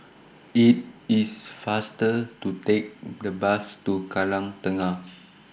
IT IS faster to Take The Bus to Kallang Tengah